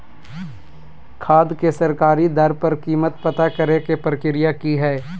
खाद के सरकारी दर पर कीमत पता करे के प्रक्रिया की हय?